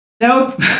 Nope